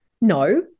No